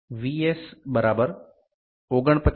S 49 50 M